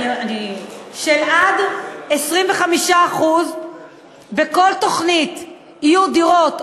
של עד 25%. בכל תוכנית יהיו דירות,